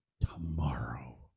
tomorrow